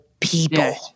people